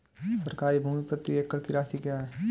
सरकारी भूमि प्रति एकड़ की राशि क्या है?